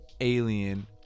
alien